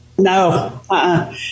No